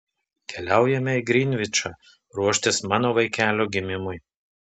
keliaujame į grinvičą ruoštis mano vaikelio gimimui